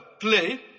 play